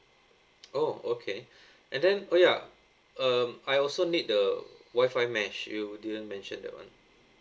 oh okay and then oh ya um I also need the wifi mesh you didn't mention that [one]